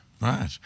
Right